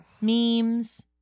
memes